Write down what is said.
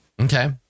Okay